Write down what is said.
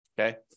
okay